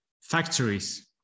factories